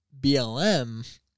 BLM